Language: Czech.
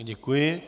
Děkuji.